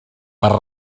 per